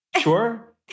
sure